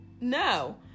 no